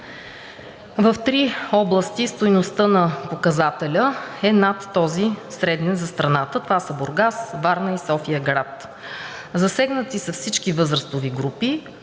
В три области стойността на показателя е над този, среден за страната. Това са Бургас, Варна и София-град. Засегнати са всички възрастови групи,